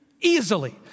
easily